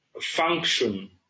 Function